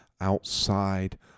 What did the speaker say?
outside